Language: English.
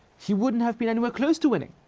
he wouldn't have been anywhere close to winning.